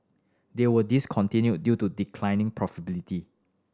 they were discontinued due to declining profitability